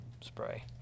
spray